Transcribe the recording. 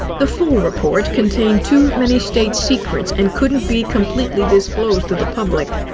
the full report contained too many state secrets and couldn't be completely disclosed to the public.